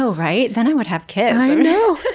so right, then i would have kids! i know!